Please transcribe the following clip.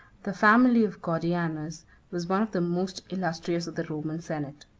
the family of gordianus was one of the most illustrious of the roman senate.